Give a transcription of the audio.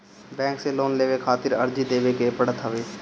bank से loan लेवे खातिर अर्जी देवे के पड़त हवे